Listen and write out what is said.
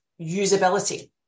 usability